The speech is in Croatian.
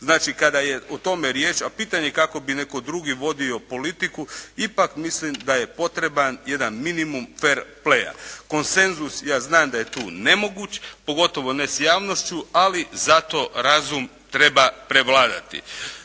Znači kada je o tome riječ, a pitanje kako bi netko drugi vodio politiku, ipak mislim da je potreban jedan minimum fer pleja. Konsenzus, ja znam da je tu nemoguć, pogotovo ne s javnošću, ali zato razum treba prevladati.